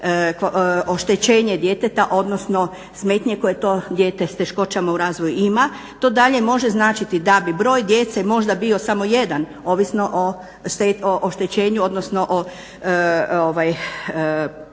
oštećenje djeteta odnosno smetnje koje to dijete s teškoćama u razvoju ima. To dalje može značiti da bi broj djece bio samo jedan ovisno o oštećenju odnosno o oštećenju